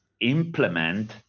implement